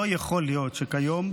לא יכול להיות שכיום,